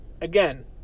Again